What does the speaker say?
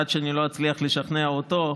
עד שלא אצליח לשכנע אותו,